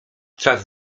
czas